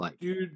Dude